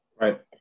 right